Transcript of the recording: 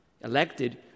elected